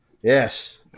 Yes